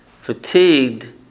fatigued